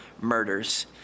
murders